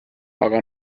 aga